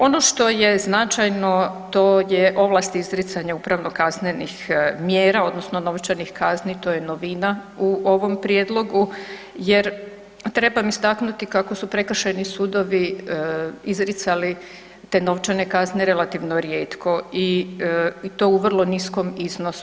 Ono što je značajno to je ovlast izricanja upravno kaznenih mjera odnosno novčanih kazni, to je novina u ovom prijedlogu jer trebam istaknuti kako su prekršajni sudovi izricali te novčane kazne relativno rijetko i to u vrlo niskom iznosu.